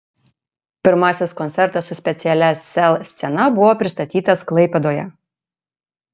pirmasis koncertas su specialia sel scena buvo pristatytas klaipėdoje